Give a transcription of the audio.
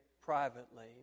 privately